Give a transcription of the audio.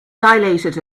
dilated